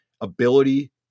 ability